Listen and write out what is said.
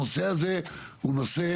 הנושא הזה הוא נושא